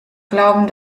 glauben